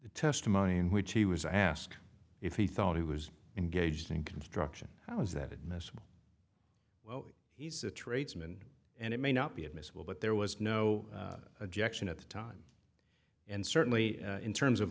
the testimony in which he was asked if he thought he was engaged in construction how is that admissible well he's a tradesmen and it may not be admissible but there was no objection at the time and certainly in terms of